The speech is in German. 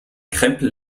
krempel